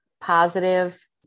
positive